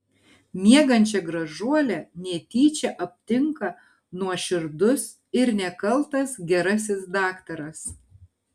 miegančią gražuolę netyčia aptinka nuoširdus ir nekaltas gerasis daktaras